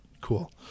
Cool